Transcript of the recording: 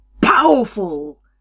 powerful